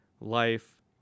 life